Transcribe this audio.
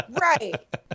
Right